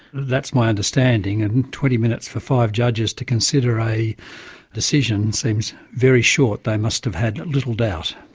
that's my understanding, and and twenty minutes for five judges to consider a decision seems very short. they must have had little doubt.